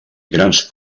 grans